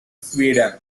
sweden